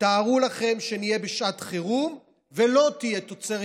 תארו לכם שנהיה בשעת חירום ולא תהיה תוצרת